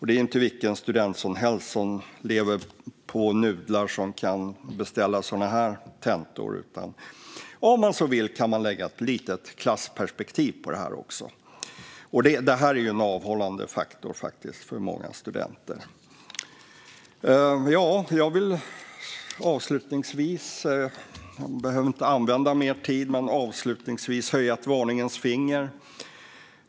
Det är inte vilken student som helst som lever på nudlar som kan beställa sådana här tentor, utan om man så vill kan man anlägga ett litet klassperspektiv på detta. Det här är en avhållande faktor för många studenter. Jag behöver inte använda mer tid, men jag vill avslutningsvis höja ett varningens finger.